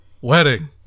wedding